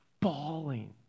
bawling